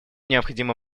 необходимо